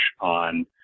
on